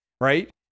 right